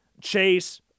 Chase